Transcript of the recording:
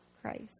Christ